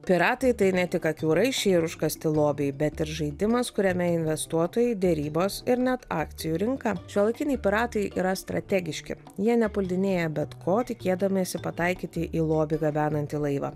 piratai tai ne tik akių raiščiai ir užkasti lobiai bet ir žaidimas kuriame investuotojai derybos ir net akcijų rinka šiuolaikiniai piratai yra strategiški jie nepuldinėja bet ko tikėdamiesi pataikyti į lobį gabenantį laivą